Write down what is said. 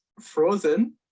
Frozen